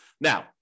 Now